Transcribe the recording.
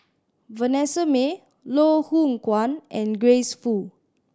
Vanessa Mae Loh Hoong Kwan and Grace Fu